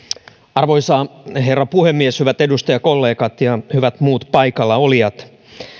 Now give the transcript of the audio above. arvoisa herra puhemies hyvät edustajakollegat ja hyvät muut paikallaolijat